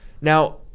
Now